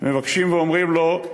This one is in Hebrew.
ומבקשים ואומרים לו: